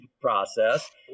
process